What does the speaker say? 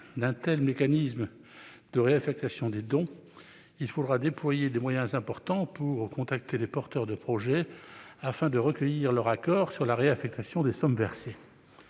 d'un tel mécanisme de réaffectation des dons, il faudra déployer des moyens importants pour contacter les porteurs de projet afin de recueillir leur accord sur la réaffectation des sommes versées.